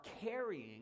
carrying